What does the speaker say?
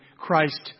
Christ